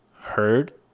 Heard